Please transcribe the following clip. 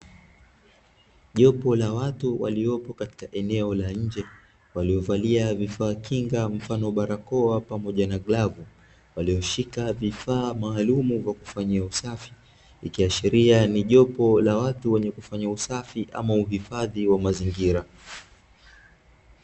Jopo la watu waliopo katika eneo la nje, waliovalia vifaa kinga mfano barakoa pamoja na glavu. Walioshika vifaa maalumu vya kufanyia usafi, likiashiria ni jopo la watu wenye kufanya usafi ama uhufadhi wa mazingira.